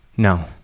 No